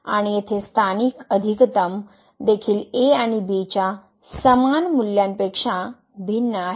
आणि येथे स्थानिक अधिकतम देखील a आणि b च्या समान मूल्यापेक्षा भिन्न आहेत